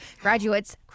graduates